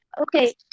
Okay